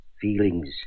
feelings